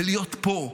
בלהיות פה,